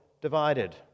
divided